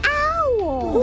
owl